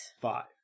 Five